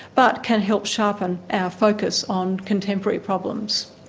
but can help sharpen our focus on contemporary problems.